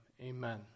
amen